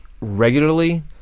regularly